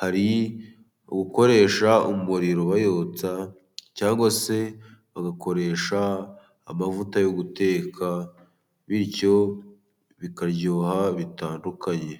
hari ukoresha umuriro ayotsa cyangwa se bagakoresha amavuta yo guteka bityo bikaryoha bitandukanye.